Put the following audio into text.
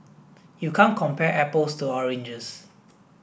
you can't compare apples to oranges